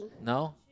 No